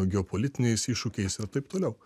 geopolitiniais iššūkiais ir taip toliau